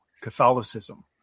Catholicism